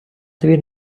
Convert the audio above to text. тобі